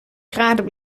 graden